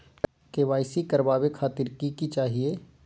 KYC करवावे खातीर कि कि चाहियो?